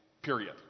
period